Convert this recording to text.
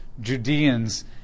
Judeans